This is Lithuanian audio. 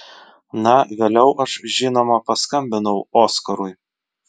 na vėliau aš žinoma paskambinau oskarui